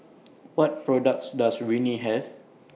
What products Does Rene Have